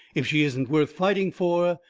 if she isn't worth fighting for,